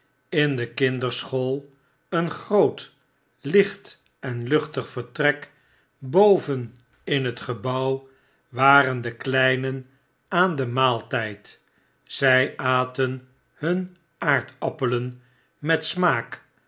in de kinderschool een groot licht en luchtig vertrek boven in het gebouw waren de kleinen aan den maaltgd zij aten hun aardappelen met smaak